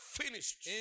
finished